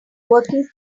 working